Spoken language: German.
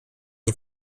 den